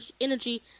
energy